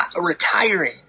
retiring